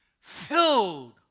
filled